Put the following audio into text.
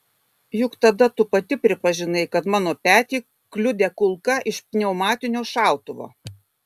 juk tada tu pati pripažinai kad mano petį kliudė kulka iš pneumatinio šautuvo